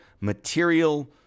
material